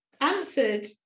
answered